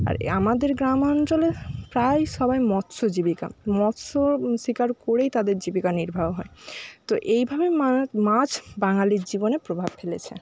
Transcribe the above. আর আমাদের গ্রামঞ্চলে প্রায় সবাই মৎস্য জীবিকা মৎস্য শিকার করেই তাদের জীবিকা নির্বাহ হয় তো এইভাবেই মাছ বাঙালির জীবনে প্রভাব ফেলেছে